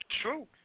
true